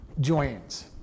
joins